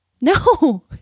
No